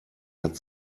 hat